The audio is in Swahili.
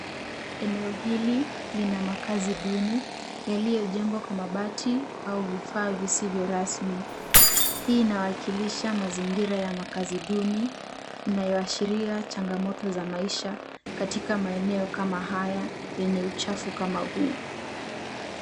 Eneo hili lina makazi duni yaliyojengwa kwa mabati au vifaa visivyo rasmi. Hii inawakilisha mazingira ya makazi duni; inayoashiria changamoto za maisha katika maeneo kama haya yenye uchafu kama huu.